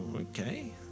okay